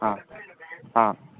ஆ ஆ